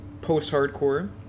post-hardcore